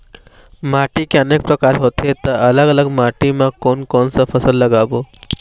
माटी के अनेक प्रकार होथे ता अलग अलग माटी मा कोन कौन सा फसल लगाबो?